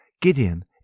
Gideon